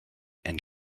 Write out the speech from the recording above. and